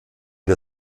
der